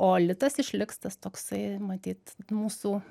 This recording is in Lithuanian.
o litas išliks tas toksai matyt mūsų